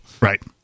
Right